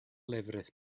lefrith